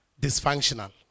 dysfunctional